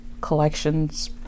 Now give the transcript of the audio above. collections